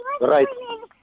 right